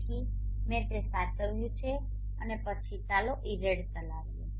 તેથી મેં તે સાચવ્યું છે અને પછી ચાલો ઇરેડ ચલાવીએ